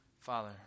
Father